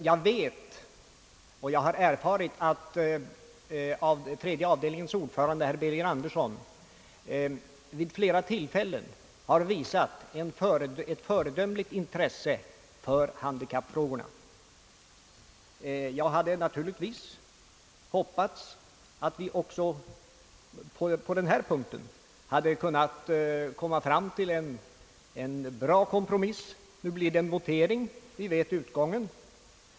Jag vet emellertid att tredje avdelningens ordförande herr Birger Andersson vid flera tillfällen har visat ett föredömligt intresse för handikappfrågorna. Jag hade naturligtvis hoppats att vi också på den här punkten hade kunnat komma fram till en bra kompromiss. Nu blir det en votering. Vi vet utgången.